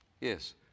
Yes